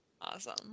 Awesome